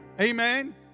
Amen